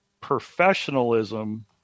professionalism